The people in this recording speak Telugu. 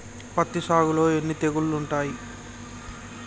పత్తి సాగులో ఎన్ని తెగుళ్లు ఉంటాయి?